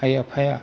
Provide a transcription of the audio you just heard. आइ आफाया